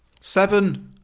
Seven